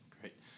great